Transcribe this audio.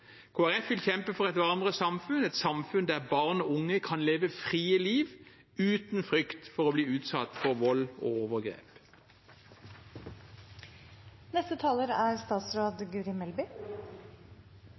vil kjempe for et varmere samfunn, et samfunn der barn og unge kan leve et fritt liv uten frykt for å bli utsatt for vold og overgrep. Jeg er